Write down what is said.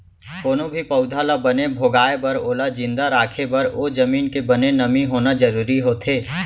कोनो भी पउधा ल बने भोगाय बर ओला जिंदा राखे बर ओ जमीन के बने नमी होना जरूरी होथे